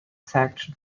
section